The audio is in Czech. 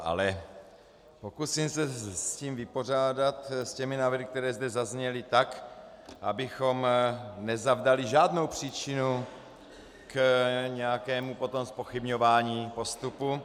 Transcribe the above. Ale pokusím se s tím vypořádat, s těmi návrhy, které zde zazněly, tak, abychom nezavdali žádnou příčinu k nějakému potom zpochybňování postupu.